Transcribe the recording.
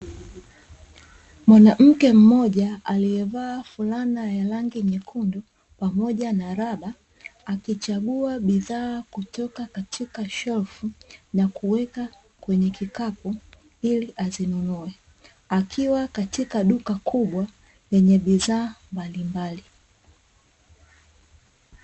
Mwanamke mmoja aliyevaa fulana ya rangi nyekundu pamoja na raba, akichagua bidhaa kutoka katika shelfu, na kuweka kwenye kikapu, ili azinunue. Akiwa katika duka kubwa lenye bidhaa mbalimbali.